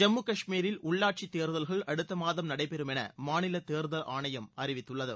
ஜம்மு கஷ்மீரில் உள்ளாட்சித் தேர்தல்கள் அடுத்த மாதம் நடைபெறும் என மாநிலத் தேர்தல் ஆணையம் அறிவித்துள்ளது